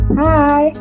hi